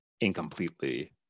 incompletely